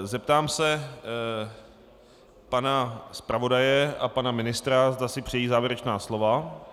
Zeptám se pana zpravodaje a pana ministra, zda si přejí závěrečná slova.